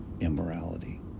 immorality